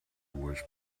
was